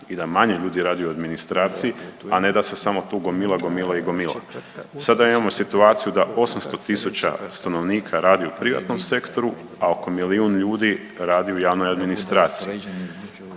i da manje ljudi radi u administraciji, a ne da se samo tu gomila, gomila i gomila. Sada imamo situaciju da 800 000 stanovnika radi u privatnom sektoru, a oko milijun ljudi radi u javnoj administraciji.